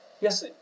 Yes